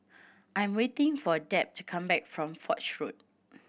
I'm waiting for Deb to come back from Foch Road